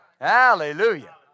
Hallelujah